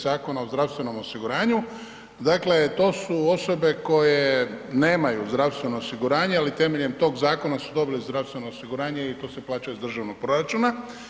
Zakona o zdravstvenom osiguranju, dakle to su osobe koje nemaju zdravstveno osiguranje ali temeljem tog zakona su dobile zdravstveno osiguranje i to se plaća iz državnog proračuna.